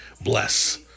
bless